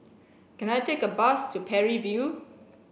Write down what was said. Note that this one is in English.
can I take a bus to Parry View